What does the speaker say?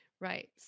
Right